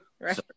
Right